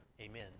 amen